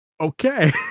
Okay